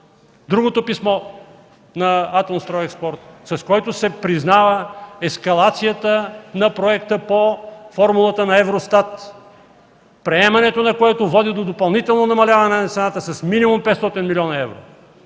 другото писмо на „Атомстройекспорт”, с което се признава ескалацията на проекта по формулата на ЕВРОСТАТ, приемането на което води до допълнително намаляване на цената с минимум 500 млн. евро.